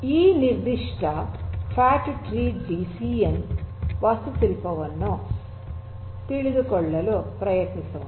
ಈ ನಿರ್ದಿಷ್ಟ fat tree DCN ವಾಸ್ತುಶಿಲ್ಪವನ್ನು ಅರ್ಥಮಾಡಿಕೊಳ್ಳಲು ಪ್ರಯತ್ನಿಸೋಣ